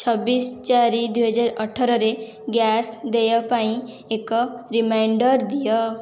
ଛବିଶ ଚାରି ଦୁଇ ହଜାର ଅଠର ରେ ଗ୍ୟାସ୍ ଦେୟ ପାଇଁ ଏକ ରିମାଇଣ୍ଡର୍ ଦିଅ